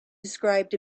described